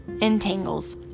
entangles